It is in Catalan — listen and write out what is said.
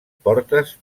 portes